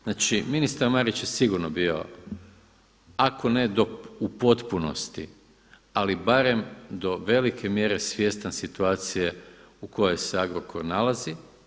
Znači ministar Marić je sigurno bio ako ne u potpunosti, ali barem do velike mjere svjestan situacije u kojoj se Agrokor nalazi.